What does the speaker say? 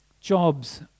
jobs